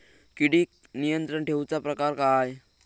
किडिक नियंत्रण ठेवुचा प्रकार काय?